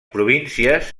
províncies